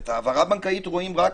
את ההעברה הבנקאית רואים רק